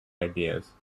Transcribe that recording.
ideas